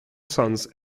sons